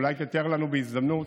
אולי תתאר לנו בהזדמנות,